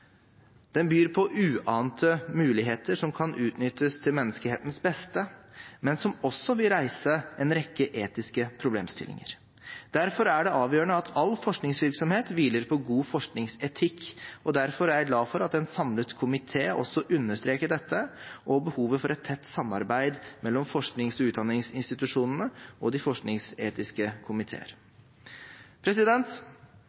Den byr på uante muligheter som kan utnyttes til menneskehetens beste, men som også vil reise en rekke etiske problemstillinger. Derfor er det avgjørende at all forskningsvirksomhet hviler på god forskningsetikk, og derfor er jeg glad for at en samlet komité også understreker dette og behovet for et tett samarbeid mellom forsknings- og utdanningsinstitusjonene og de forskningsetiske